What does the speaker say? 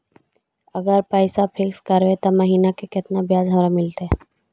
अगर पैसा फिक्स करबै त महिना मे केतना ब्याज हमरा मिलतै?